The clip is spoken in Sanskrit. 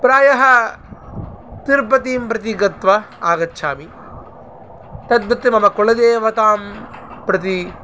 प्रायः तिरुपतिं प्रति गत्वा आगच्छामि तद्वत् मम कुलदेवतां प्रति